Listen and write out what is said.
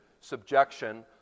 subjection